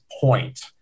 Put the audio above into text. point